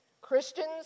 Christians